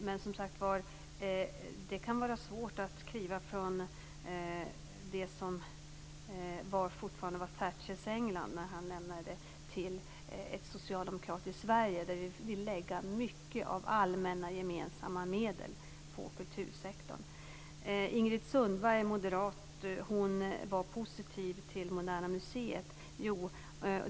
Men det kan, som sagt var, vara svårt att kliva från det som fortfarande var Thatchers England när han lämnade det till ett socialdemokratiskt Sverige, där vi vill lägga mycket av allmänna gemensamma medel på kultursektorn. Ingrid Sundberg, moderat, var positiv till Moderna museet.